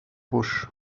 bush